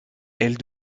elle